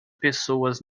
pessoas